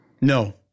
No